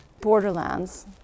borderlands